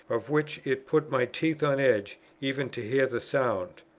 of which it put my teeth on edge even to hear the sound?